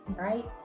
right